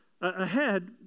ahead